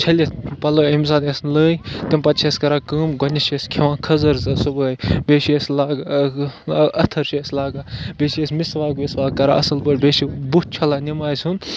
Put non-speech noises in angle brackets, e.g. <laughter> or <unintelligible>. چھٔلِتھ پَلو ییٚمۍ ساتہٕ اَسہِ لٲگۍ تَمہِ پَتہِ چھِ أسۍ کَران کٲم گۄڈٕنٮ۪تھ چھِ أسۍ کھٮ۪وان کھٔزٕر زٕ صُبحٲے بیٚیہِ چھِ أسۍ <unintelligible> أتھٕر چھِ أسۍ لاگان بیٚیہِ چھِ أسۍ مِسواک وِسواک کَران اَصٕل پٲٹھۍ بیٚیہِ چھِ بُتھ چھَلان نٮ۪مازِ ہُنٛد